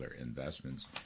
Investments